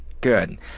good